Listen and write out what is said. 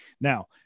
Now